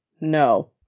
no